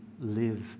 live